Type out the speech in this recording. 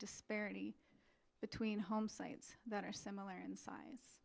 disparity between home sites that are similar in size